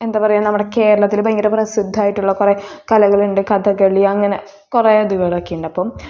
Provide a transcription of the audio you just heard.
എന്താ പറയാ നമ്മുടെ കേരളത്തിൽ ഭയങ്കര പ്രസിദ്ധമായിട്ടുള്ള കുറെ കലകൾ ഉണ്ട് കഥകളി അങ്ങനെ കുറെ അതുപോലെയൊക്കെയുണ്ട് അപ്പം